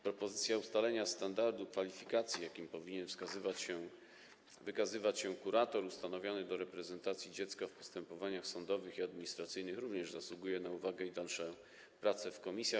Propozycja ustalenia standardu kwalifikacji, jakimi powinien wykazywać się kurator ustanowiony do reprezentacji dziecka w postępowaniach sądowych i administracyjnych, również zasługuje na uwagę i dalsze prace w komisjach.